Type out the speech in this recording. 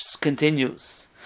continues